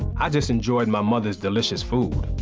i just enjoyed my mother's delicious food.